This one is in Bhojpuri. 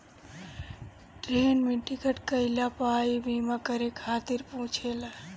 ट्रेन में टिकट कईला पअ इ बीमा करे खातिर पुछेला